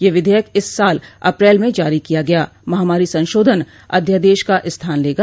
यह विधेयक इस साल अप्रैल में जारी किया गया महामारी संशोधन अध्यादेश का स्थान लेगा